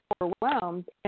overwhelmed